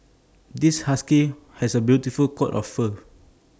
this husky has A beautiful coat of fur